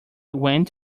went